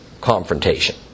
confrontation